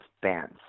bands